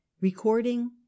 recording